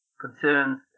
concerns